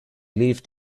lived